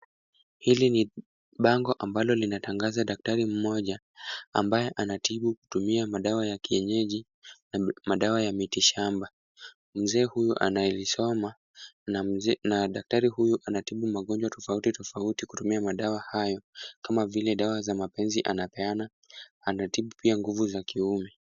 Hili ni bango ambalo linatangaza daktari mmoja ambaye anatibu kutumia madawa ya kienyeji na madawa ya miti shamba. Mzee huyu anayelisoma na daktari huyu anatibu magonjwa tofautitofauti kutumia madawa hayo kama vile dawa za mapenzi anapeana. Anatibu pia nguvu za kiume.